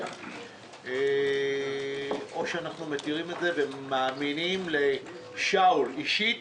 או שאנחנו מתירים את זה ומאמינים לשאול אישית